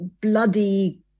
bloody